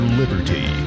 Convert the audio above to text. liberty